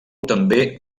també